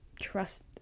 trust